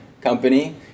company